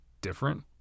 different